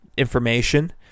information